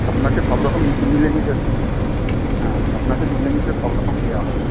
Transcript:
আপনাকে সবরকম মিলেমিশে হ্যাঁ আপনাকে মিলেমিশে সবরকম দেওয়া হবে